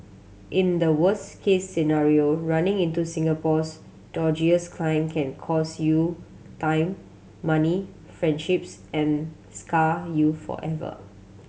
in the worst case scenario running into Singapore's dodgiest client can cost you time money friendships and scar you forever